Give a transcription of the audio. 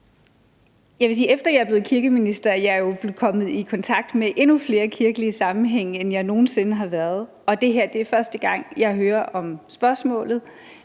efter jeg er blevet kirkeminister, har jeg jo fået kontakt med endnu flere i kirkelige sammenhænge, end jeg nogen sinde har haft, og det er første gang, jeg her hører om spørgsmålet